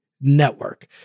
network